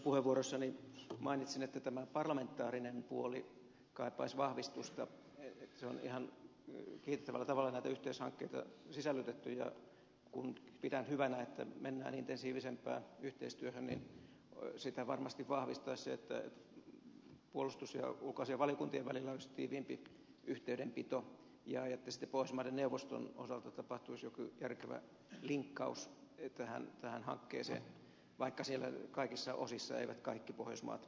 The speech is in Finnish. puheenvuorossani mainitsin että tämä parlamentaarinen puoli kaipaisi vahvistusta että on ihan kiitettävällä tavalla näitä yhteishankkeita sisällytetty ja kun pidän hyvänä että mennään intensiivisempään yhteistyöhön niin sitä varmasti vahvistaisi se että puolustus ja ulkoasiainvaliokuntien välillä olisi tiiviimpi yhteydenpito ja että sitten pohjoismaiden neuvoston osalta tapahtuisi joku järkevä linkkaus tähän hankkeeseen vaikka siellä kaikissa osissa eivät kaikki pohjoismaat ole mukana